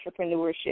entrepreneurship